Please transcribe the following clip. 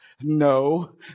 no